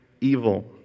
evil